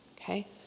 Okay